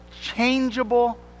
changeable